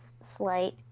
slight